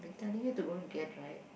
telling you to go and get right